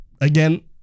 again